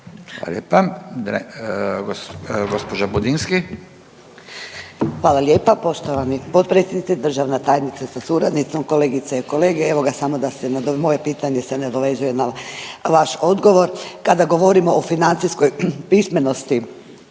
Budinski, Nadica (HDZ)** Hvala lijepa poštovani potpredsjedniče, državna tajnice sa suradnicom, kolegice i kolege. Evo ga samo da se, moje pitanje se nadovezuje na vaš odgovor. Kada govorimo o financijskoj pismenosti